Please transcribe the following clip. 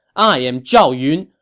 i am zhao yun!